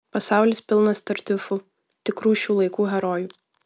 pasaulis pilnas tartiufų tikrų šių laikų herojų